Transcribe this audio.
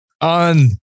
on